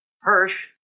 Hirsch